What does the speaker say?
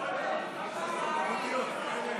אני מוסיף את קולו של חבר הכנסת כסיף,